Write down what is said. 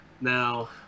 Now